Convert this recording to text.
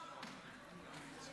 רגע, תודות.